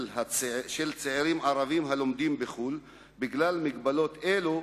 של צעירים ערבים הלומדים בחוץ-לארץ בגלל מגבלות אלה,